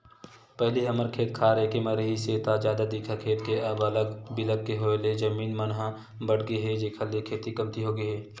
पहिली हमर खेत खार एके म रिहिस हे ता जादा दिखय खेत के अब अलग बिलग के होय ले जमीन मन ह बटगे हे जेखर ले खेती कमती होगे हे